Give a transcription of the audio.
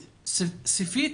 ספית?